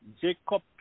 Jacob